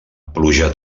pluja